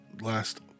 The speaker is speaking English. last